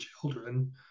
children